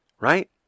right